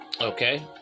okay